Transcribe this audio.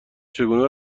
چگونه